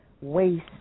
waste